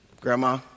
Grandma